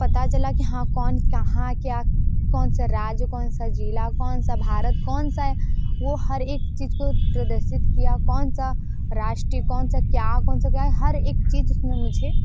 पता चला कि हाँ कौन कहाँ क्या कौन सा राज्य कौन सा ज़िला कौन सा भारत कौन सा है वह हर एक चीज़ को प्रदर्शित किया कौन सा राष्ट्रीय कौन सा क्या कौन सा क्या है हर एक चीज़ उसमें मुझे